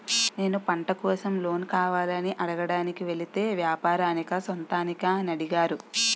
నేను పంట కోసం లోన్ కావాలని అడగడానికి వెలితే వ్యాపారానికా సొంతానికా అని అడిగారు